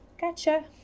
gotcha